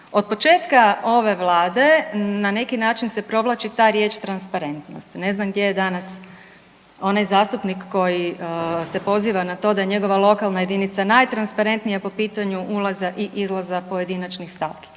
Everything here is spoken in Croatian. Od početka ove Vlade na neki način se provlači ta riječ transparentnost, ne znam gdje je danas onaj zastupnik koji se poziva na to da njegova lokalna jedinica najtransparentnija po pitanju ulaza i izlaza pojedinačnih stavki.